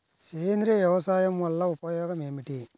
సేంద్రీయ వ్యవసాయం వల్ల ఉపయోగం ఏమిటి?